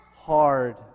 hard